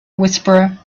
whisperer